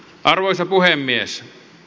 arvoisa puhemies